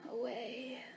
away